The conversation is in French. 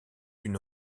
une